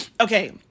Okay